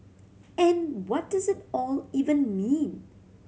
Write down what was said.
and what does it all even mean